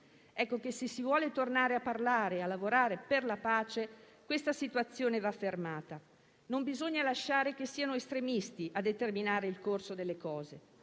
Ecco che, se si vuole tornare a parlare e a lavorare per la pace, questa situazione va fermata. Non bisogna lasciare che siano estremisti a determinare il corso delle cose.